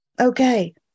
okay